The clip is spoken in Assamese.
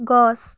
গছ